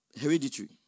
hereditary